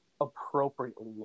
appropriately